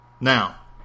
Now